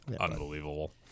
Unbelievable